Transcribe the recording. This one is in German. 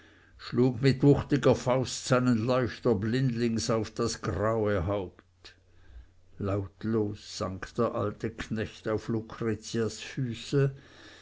schlug mit wuchtiger faust seinen leuchter blindlings auf das graue haupt lautlos sank der alte knecht auf lucretias füße